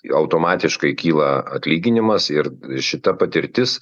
automatiškai kyla atlyginimas ir šita patirtis